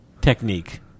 Technique